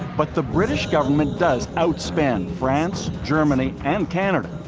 but the british government does outspend france, germany, and canada,